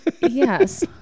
yes